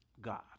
God